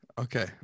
Okay